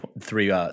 three